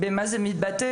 זה מתבטא,